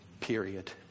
period